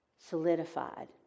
Solidified